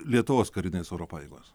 lietuvos karinės oro pajėgos